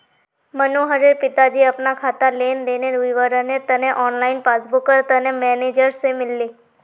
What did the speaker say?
मनोहरेर पिताजी अपना खातार लेन देनेर विवरनेर तने ऑनलाइन पस्स्बूकर तने मेनेजर से मिलले